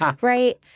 right